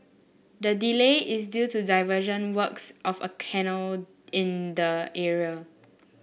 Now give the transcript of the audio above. the delay is due to diversion works of a canal in the area